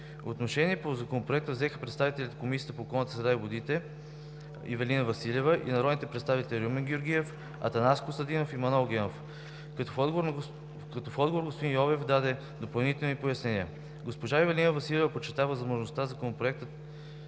Отношение по Законопроекта взеха председателят на Комисията по околната среда и водите Ивелина Василева и народните представители Румен Георгиев, Атанас Костадинов и Манол Генов, като в отговор господин Йовев даде допълнителни пояснения. Госпожа Ивелина Василева подчерта важността на Законопроекта